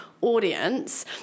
audience